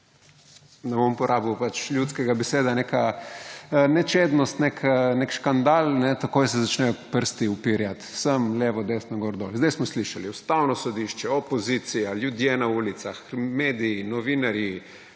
ne bom uporabil več ljudskega beseda, neka nečednost, nek škandal, takoj se začnejo prsti uperjati sem, levo, desno, gor, dol. Sedaj smo slišali, Ustavno sodišče, opozicija, ljudje na ulicah, mediji, novinarji,